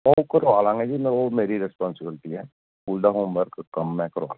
ਉਹ ਕਰਵਾ ਲਵਾਂਗਾ ਜੀ ਉਹ ਮੇਰੀ ਰਿਸਪੋਂਸੀਵਿਲਿਟੀ ਹੈ ਸਕੂਲ ਦਾ ਹੋਮਵਰਕ ਕੰਮ ਮੈਂ ਕਰਵਾ ਲੂ